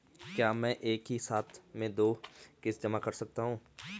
क्या मैं एक ही साथ में दो किश्त जमा कर सकता हूँ?